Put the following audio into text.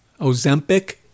Ozempic